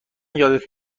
یادت